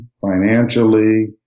financially